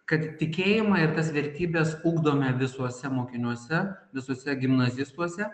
kad tikėjimą ir tas vertybes ugdome visuose mokiniuose visuose gimnazistuose